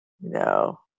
No